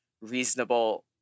reasonable